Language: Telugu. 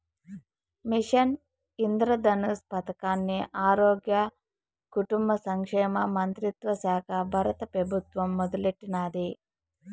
మిషన్ ఇంద్రధనుష్ పదకాన్ని ఆరోగ్య, కుటుంబ సంక్షేమ మంత్రిత్వశాక బారత పెబుత్వం మొదలెట్టినాది